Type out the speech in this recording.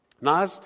Now